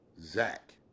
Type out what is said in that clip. Zach